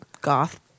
goth